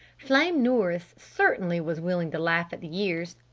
flame nourice certainly was willing to laugh at the years.